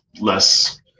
less